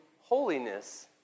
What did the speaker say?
holiness